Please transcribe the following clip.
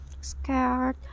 scared